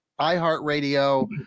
iHeartRadio